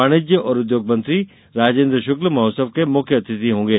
वाणिज्य एवं उद्योग मंत्री राजेन्द्र शुक्ल महोत्सव के मुख्य अतिथि होंगे